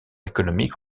économique